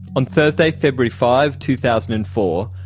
on thursday, february five, two thousand and four,